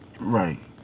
Right